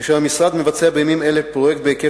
כאשר המשרד מבצע בימים אלה פרויקט בהיקף